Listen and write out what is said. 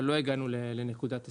אבל לא הגענו לנקודת הסיום.